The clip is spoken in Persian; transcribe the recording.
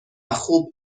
خوب